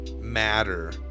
matter